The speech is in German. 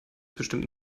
bestimmt